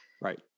Right